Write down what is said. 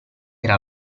era